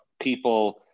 people